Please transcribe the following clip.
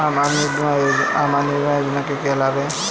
आम आदमी बीमा योजना के क्या लाभ हैं?